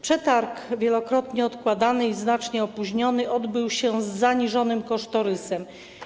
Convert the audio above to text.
Przetarg, wielokrotnie odkładany i znacznie opóźniony, odbył się z zaniżonym kosztorysem.